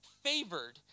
favored